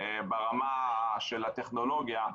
ברמה של הטכנולוגיה.